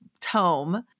tome